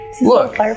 Look